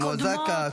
כמו זק"א,